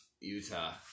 Utah